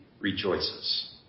rejoices